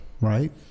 right